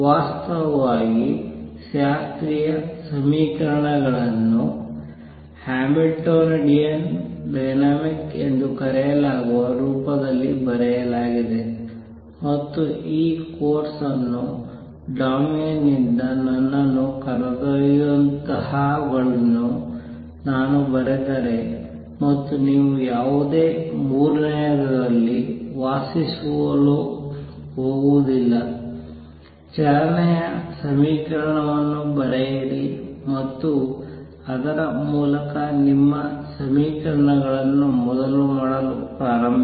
ವಾಸ್ತವವಾಗಿ ಶಾಸ್ತ್ರೀಯ ಸಮೀಕರಣಗಳನ್ನು ಹ್ಯಾಮಿಲ್ಟೋನಿಯನ್ ಡೈನಾಮಿಕ್ಸ್ ಎಂದು ಕರೆಯಲಾಗುವ ರೂಪದಲ್ಲಿ ಬರೆಯಲಾಗಿದೆ ಮತ್ತು ಈ ಕೋರ್ಸ್ ನ ಡೊಮೇನ್ ನಿಂದ ನನ್ನನ್ನು ಕರೆದೊಯ್ಯುವಂತಹವುಗಳನ್ನು ನಾನು ಬರೆದರೆ ಮತ್ತು ನೀವು ಯಾವುದೋ ಮೂರನೆಯದರಲ್ಲಿ ವಾಸಿಸಲು ಹೋಗುವುದಿಲ್ಲ ಚಲನೆಯ ಸಮೀಕರಣವನ್ನು ಬರೆಯಿರಿ ಮತ್ತು ಅದರ ಮೂಲಕ ನಿಮ್ಮ ಸಮೀಕರಣಗಳನ್ನು ಮೊದಲು ಮಾಡಲು ಪ್ರಾರಂಭಿಸಿ